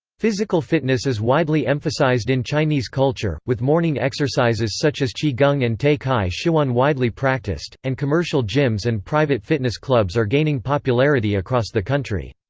physical fitness is widely emphasized in chinese culture, with morning exercises such as qigong and t'ai chi ch'uan widely practiced, and commercial gyms and private fitness clubs are gaining popularity across the country.